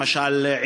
למשל,